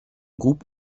groupe